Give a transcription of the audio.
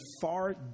far